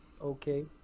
okay